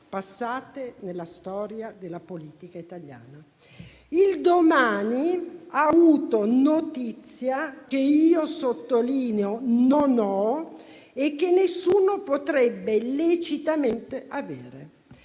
passate della storia della politica italiana. Il «Domani» ha avuto una notizia che io - lo sottolineo - non ho e che nessuno potrebbe lecitamente avere.